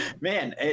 man